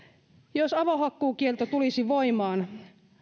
jos avohakkuukielto tulisi voimaan